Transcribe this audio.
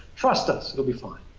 trust us. it'll be fine.